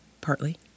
partly